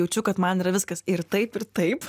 jaučiu kad man yra viskas ir taip ir taip